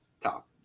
top